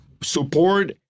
Support